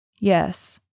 Yes